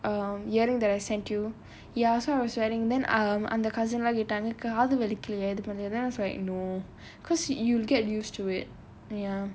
um earring that I sent you ya so I was wearing then um காது வலிக்கு இது பண்ணிட்றேன்:kaadhu valikku idhu pannidraen cousin I was like no because you you'll get used to it ya